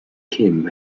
kim